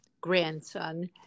grandson